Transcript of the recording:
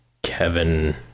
Kevin